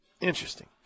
interesting